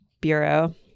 Bureau